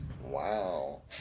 Wow